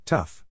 Tough